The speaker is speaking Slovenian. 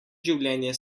življenje